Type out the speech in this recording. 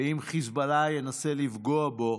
ואם חיזבאללה ינסה לפגוע בו